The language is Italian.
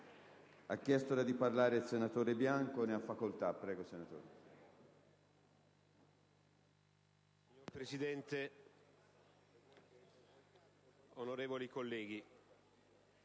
Signor Presidente, onorevoli colleghi,